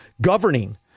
governing